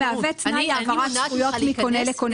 והמהווה תנאי להעברת זכויות מקונה לקונה